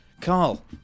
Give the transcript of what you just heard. Carl